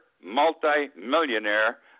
multimillionaire